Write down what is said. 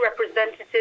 representatives